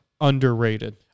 underrated